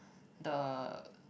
the